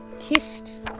Kissed